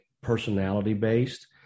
personality-based